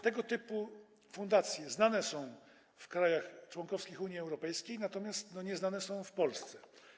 Tego typu fundacje znane są w krajach członkowskich Unii Europejskiej, natomiast nieznane są w Polsce.